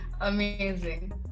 Amazing